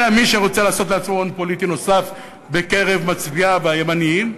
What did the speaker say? אלא מי שרוצה לעשות לעצמו הון פוליטי נוסף בקרב מצביעיו הימנים,